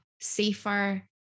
safer